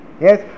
Yes